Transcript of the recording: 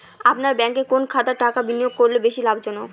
আপনার ব্যাংকে কোন খাতে টাকা বিনিয়োগ করলে বেশি লাভজনক?